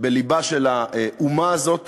בלבה של האומה הזאת,